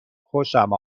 خوشم